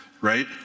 right